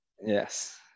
yes